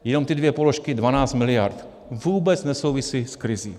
Jenom ty dvě položky, 12 mld., vůbec nesouvisí s krizí.